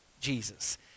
Jesus